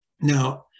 Now